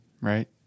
Right